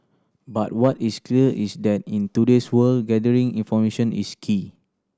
but what is clear is that in today's world gathering information is key